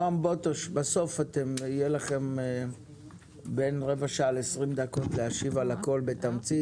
בסוף יהיה לכם בין רבע שעה לעשרים דקות להשיב על הכל בתמצית.